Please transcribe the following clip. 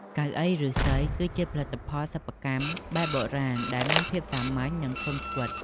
កៅអីឫស្សី គឺជាផលិតផលសិប្បកម្មបែបបុរាណដែលមានភាពសាមញ្ញ និងធន់ស្វិត។